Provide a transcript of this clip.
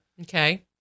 Okay